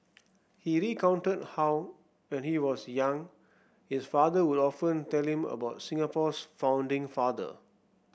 he recounted how when he was young his father would often tell him about Singapore's founding father